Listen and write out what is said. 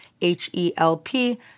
H-E-L-P